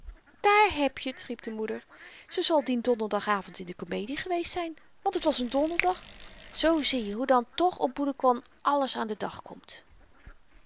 daar heb je t riep de moeder ze zal dien donderdag avend in de komedie geweest zyn want het was n donderdag zoo zieje hoe dan toch obboedekon alles aan den dag komt